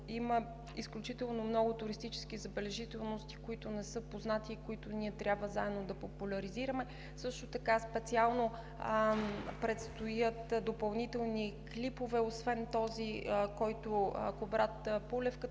Има изключително много туристически забележителности, които не са познати и които трябва заедно да популяризираме. Също така специално предстоят допълнителни клипове – освен този, който направи Кубрат